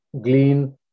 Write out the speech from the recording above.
Glean